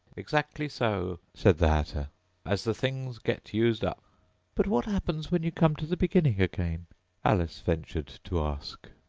exactly so said the hatter as the things get used up but what happens when you come to the beginning again alice ventured to ask.